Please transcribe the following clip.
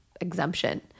exemption